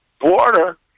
water